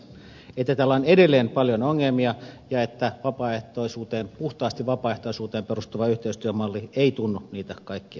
täällä on edelleen paljon ongelmia ja puhtaasti vapaaehtoisuuteen perustuva yhteistyömalli ei tunnu niitä kaikkia ratkaisevan